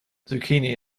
zucchini